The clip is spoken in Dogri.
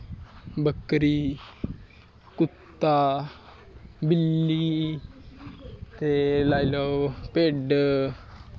बकरी कुत्ता बिल्ली ते लाई लाओ भेड